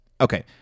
Okay